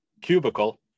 cubicle